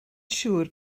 siŵr